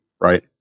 right